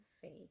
faith